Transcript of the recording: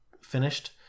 finished